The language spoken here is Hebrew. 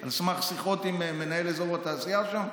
על סמך שיחות עם מנהל אזור התעשייה שם,